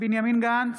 בנימין גנץ,